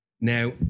Now